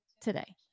today